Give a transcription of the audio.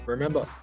Remember